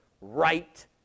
right